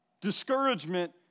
Discouragement